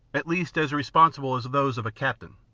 at least as responsible as those of a captain.